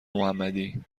محمدی